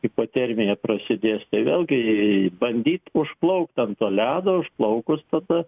hipotermija prasidės tai vėlgi iii bandyt užplaukt ant to ledo užplaukus tada